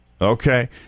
Okay